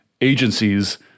agencies